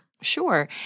Sure